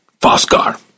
Fosgar